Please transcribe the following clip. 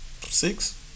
six